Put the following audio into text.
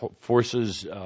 forces